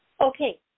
Okay